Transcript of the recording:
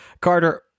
Carter